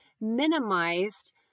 minimized